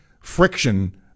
friction